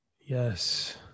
Yes